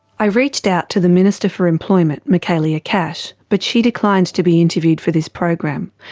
i reached out to the minister for employment, michaelia cash, but she declined to be interviewed for this program.